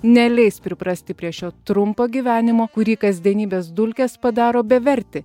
neleis priprasti prie šio trumpo gyvenimo kurį kasdienybės dulkės padaro bevertį